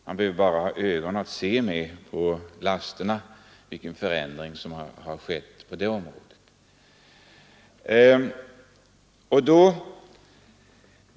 Man behöver bara ha ögon att se med för att märka vilken förändring som skett i fråga om lasterna.